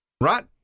right